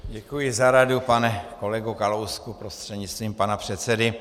Děkuji za radu, pane kolego Kalousku prostřednictvím pana předsedy.